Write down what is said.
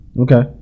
Okay